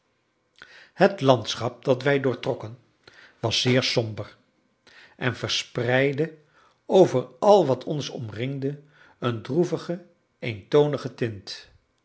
het landschap dat wij doortrokken was zeer somber en verspreidde over al wat ons omringde een droevige eentonige tint